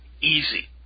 easy